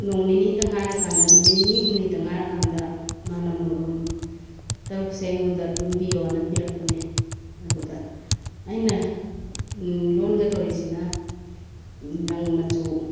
ꯅꯣꯡ ꯅꯤꯅꯤꯇ ꯉꯥꯏꯔ ꯀꯥꯟꯗ ꯅꯨꯃꯤꯠ ꯅꯤꯅꯤ ꯍꯨꯝꯅꯤꯇ ꯉꯥꯏꯔ ꯀꯥꯟꯗ ꯃꯥꯅ ꯃꯣꯟꯈꯨꯝ ꯇꯔꯨꯛꯁꯦ ꯑꯩꯉꯣꯟꯗ ꯂꯣꯟꯕꯤꯌꯨꯅ ꯄꯤꯔꯛꯄꯅꯦ ꯑꯗꯨꯗ ꯑꯩꯅ ꯂꯣꯟꯒꯗꯣꯔꯤꯁꯤꯅ ꯂꯪ ꯃꯆꯨ